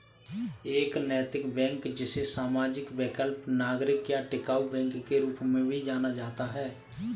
एक नैतिक बैंक जिसे सामाजिक वैकल्पिक नागरिक या टिकाऊ बैंक के रूप में भी जाना जाता है